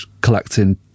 collecting